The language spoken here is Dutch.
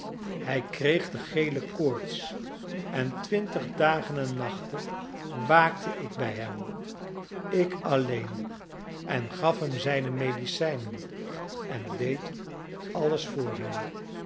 hij kreeg de gele koorts en twintig dagen en nachten waakte ik bij hem ik alleen en gaf hem zijne medicijnen en deed alles voor hem